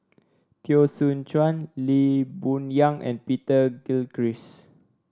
Teo Soon Chuan Lee Boon Yang and Peter Gilchrist